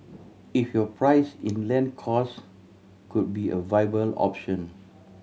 if your price in land cost could be a viable option